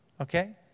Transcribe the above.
okay